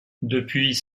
depuis